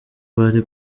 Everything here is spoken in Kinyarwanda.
bari